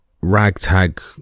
ragtag